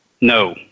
No